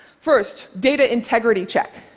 first, data integrity check.